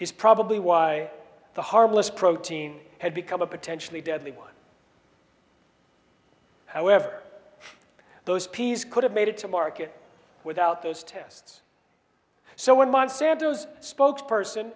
is probably why the harmless protein had become a potentially deadly one however those peas could have made it to market without those tests so when monsanto's spokes person